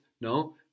no